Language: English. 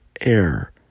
air